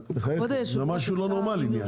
זה משהו לא נורמלי.